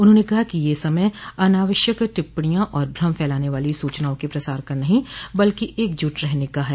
उन्होंने कहा कि ये समय अनावश्यक टिप्पणियां और भ्रम फैलाने वाली सूचनाओं के प्रसार का नहीं बल्कि एकजुट रहने का है